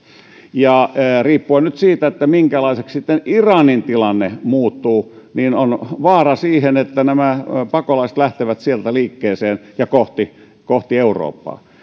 ja riippuen nyt siitä minkälaiseksi sitten iranin tilanne muuttuu on vaara siihen että nämä pakolaiset lähtevät sieltä liikkeeseen ja kohti kohti eurooppaa